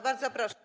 Bardzo proszę.